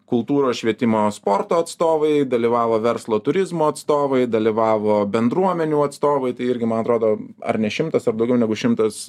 kultūros švietimo sporto atstovai dalyvavo verslo turizmo atstovai dalyvavo bendruomenių atstovai tai irgi man atrodo ar ne šimtas ar daugiau negu šimtas